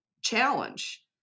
challenge